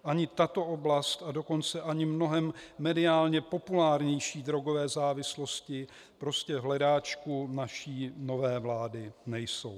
Ani tato oblast, a dokonce ani mnohem mediálně populárnější drogové závislosti prostě v hledáčku naší nové vlády nejsou.